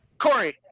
Corey